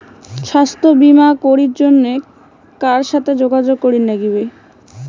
স্বাস্থ্য বিমা করির জন্যে কার সাথে যোগাযোগ করির নাগিবে?